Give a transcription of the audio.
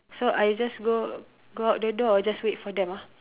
so I just go go out the door or just wait for them ah